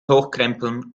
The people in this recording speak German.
hochkrempeln